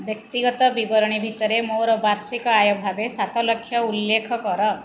ବ୍ୟକ୍ତିଗତ ବିବରଣୀ ଭିତରେ ମୋର ବାର୍ଷିକ ଆୟ ଭାବେ ସାତ ଲକ୍ଷ ଉଲ୍ଲେଖ କର